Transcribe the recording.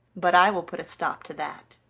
but i will put a stop to that.